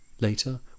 Later